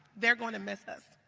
they're going to miss us.